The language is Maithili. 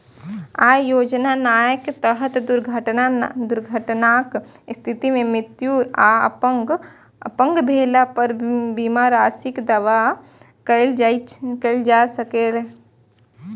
अय योजनाक तहत दुर्घटनाक स्थिति मे मृत्यु आ अपंग भेला पर बीमा राशिक दावा कैल जा सकैए